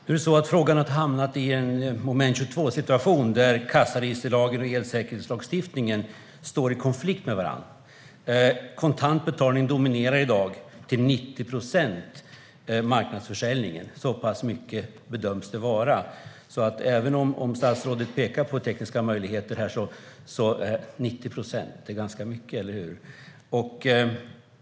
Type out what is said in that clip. Herr talman! Den här frågan har hamnat i en moment 22-situation, där kassaregisterlagen och elsäkerhetslagstiftningen står i konflikt med varandra. Kontant betalning dominerar i dag marknadsförsäljningen till 90 procent. Så mycket bedöms det vara. Även om statsrådet pekar på tekniska möjligheter här vill jag säga att 90 procent är ganska mycket.